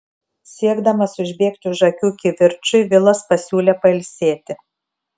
siekdamas užbėgti už akių kivirčui vilas pasiūlė pailsėti